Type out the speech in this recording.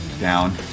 down